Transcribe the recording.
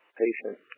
patient